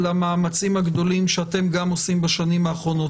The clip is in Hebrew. למאמצים הגדולים שאתם גם עושים בשנים האחרונות.